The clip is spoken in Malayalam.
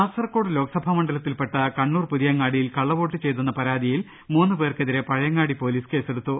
കാസർകോട് ലോക്സഭാ മണ്ഡലത്തിൽപ്പെട്ട കണ്ണൂർ പുതിയങ്ങാ ടിയിൽ കള്ളവോട്ട് ചെയ്തെന്ന പരാതിയിൽ മൂന്ന് പേർക്കെതിരെ പഴയങ്ങാടി പൊലീസ് കേസെടുത്തു